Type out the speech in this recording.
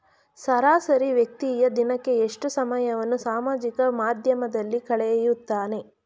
ಸರಾಸರಿ ವ್ಯಕ್ತಿಯು ದಿನಕ್ಕೆ ಎಷ್ಟು ಸಮಯವನ್ನು ಸಾಮಾಜಿಕ ಮಾಧ್ಯಮದಲ್ಲಿ ಕಳೆಯುತ್ತಾನೆ?